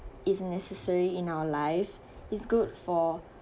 isn't necessary in our life it's good for